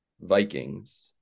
Vikings